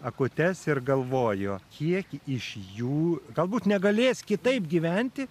akutes ir galvoju kiek iš jų galbūt negalės kitaip gyventi